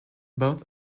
both